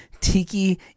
Tiki